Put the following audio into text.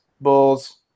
Bulls